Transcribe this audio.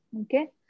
Okay